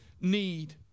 need